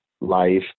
life